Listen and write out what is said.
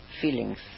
feelings